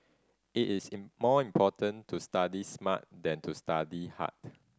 it is in more important to study smart than to study hard